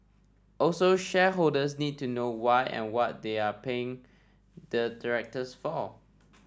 also shareholders need to know why and what they are paying the directors for